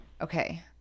okay